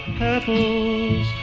petals